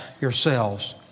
yourselves